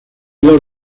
dos